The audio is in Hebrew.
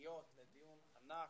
ענקיות לדיון ענק.